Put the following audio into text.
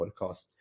podcast